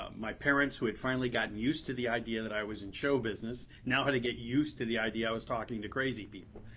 my parents, who had finally gotten used to the idea that i was in show business, now had to get used to the idea i was talking to crazy people.